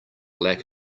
lack